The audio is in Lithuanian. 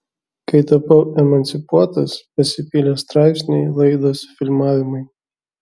kai tapau emancipuotas pasipylė straipsniai laidos filmavimai